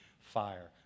fire